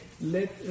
let